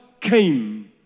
came